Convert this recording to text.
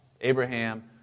Abraham